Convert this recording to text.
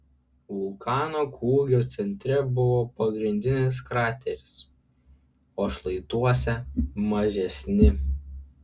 vulkano kūgio centre buvo pagrindinis krateris o šlaituose mažesni